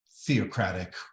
theocratic